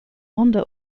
honda